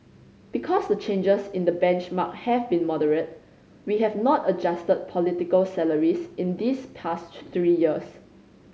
because the changes in the benchmark have been moderate we have not adjusted political salaries in these past three years